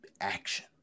action